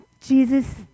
Jesus